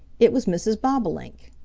it was mrs. bobolink.